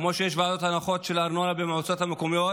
כמו שיש ועדות להנחות בארנונה במועצות המקומיות,